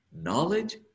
Knowledge